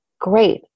great